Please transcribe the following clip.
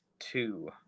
Two